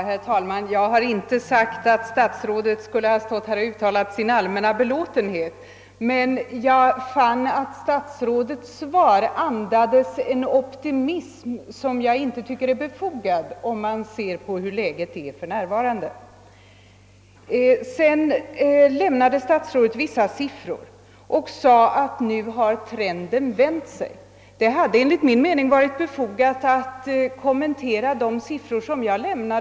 Herr talman! Jag har inte påstått att statsrådet här skulle ha uttalat sin allmänna belåtenhet, men jag fann att statsrådets svar andades en optimism, som enligt min mening inte är befogad om man ser på hur läget ter sig för närvarande. Statsrådet lämnade vissa sifferuppgifter och sade att trenden nu hade vänt sig. Det hade enligt min uppfattning funnits skäl att kommentera de siffror som jag nämnde.